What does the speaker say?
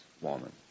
woman